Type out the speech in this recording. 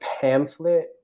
pamphlet